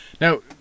Now